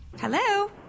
Hello